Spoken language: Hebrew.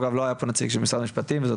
אגב לא היה פה נציג של משרד המשפטים וזאת